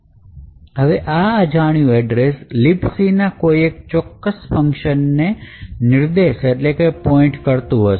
અને હવે આ અજાણ્યો એડ્રેસ libcના કોઈ એક ચોક્કસ ફંકશન ને નિર્દેશતું હશે